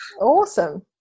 Awesome